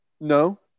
No